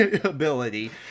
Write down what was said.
ability